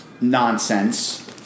nonsense